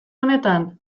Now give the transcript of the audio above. honetan